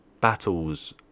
battles